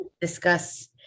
discuss